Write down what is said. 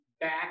back